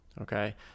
Okay